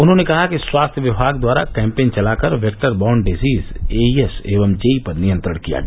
उन्होंने कहा कि स्वास्थ्य विमाग द्वारा कैम्पेन चलाकर वेक्टर बार्न डिसीज एईएस एवं जेई पर नियंत्रण किया गया